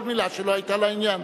כל מלה שלו היתה לעניין.